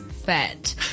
Fat